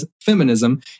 feminism